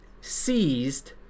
seized